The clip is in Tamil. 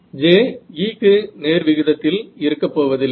J E க்கு நேர்விகிதத்தில் இருக்கப்போவதில்லை